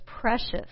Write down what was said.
precious